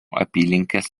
apylinkės